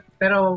pero